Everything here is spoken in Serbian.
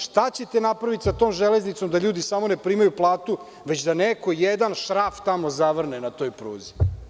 Šta ćete uraditi sa tom Železnicom, pa da ljudi samo ne primaju platu, već da neko jedan šraf tamo zavrne na toj pruzi?